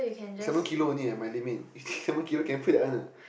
seven kilo only eh my limit seven kilo can fit that one ah